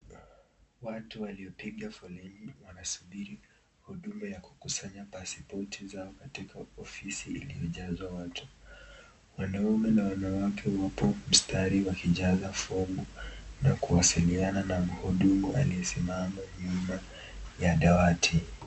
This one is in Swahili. Watu waliopika foleni wanasubiri huduma ya kukusanya paspoti zao katika ofisi iliyochazwa watu wanaume na wanawake wapo mistari wakichaza fomu na kuwasiliana na muhudumu aliyesimama nyuma ya dawati.